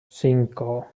cinco